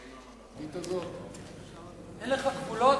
ראוי, אין לך גבולות?